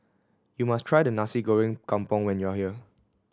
you must try the Nasi Goreng Kampung when you are here